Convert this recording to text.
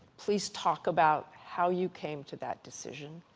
please talk about how you came to that decision.